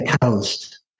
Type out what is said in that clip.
coast